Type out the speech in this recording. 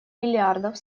миллиардов